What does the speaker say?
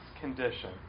condition